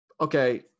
Okay